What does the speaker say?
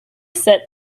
set